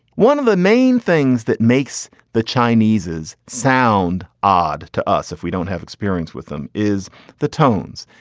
one of the main things that makes the chinese's sound odd to us if we don't have experience with them is the tones.